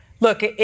Look